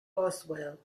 boswell